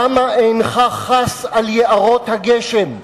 למה אינך חס על יערות הגשם?